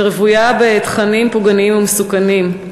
שרוויה בתכנים פוגעניים ומסוכנים.